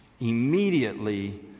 Immediately